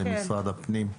למשרד הפנים.